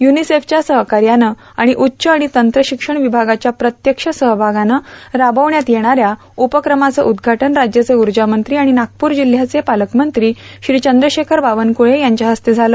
युनिसेफच्या सहकार्यानं आणि उच्च अणि तंत्रशिक्षण विभागाच्या प्रत्यक्ष सहभागानं राबविण्यात येणाऱ्या उपकमाचं उद्घाटन राज्याचे ऊर्जामंत्री तथा नागपूर जिल्हयाचे पालकमंत्री श्री चंद्रशेखर बावनकुळे यांच्या हस्ते झालं